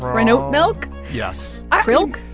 cranoat milk? yes ah crilk?